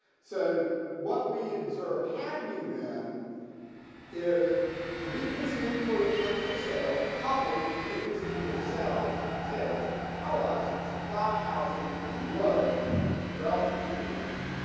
so what we observe happening then is the decreasing inventory of homes for sale coupled with an increasing number of cells. sales tell us that and the supply of housing is low relative to demand.